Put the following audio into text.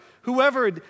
whoever